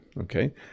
Okay